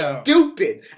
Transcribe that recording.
stupid